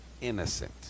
innocent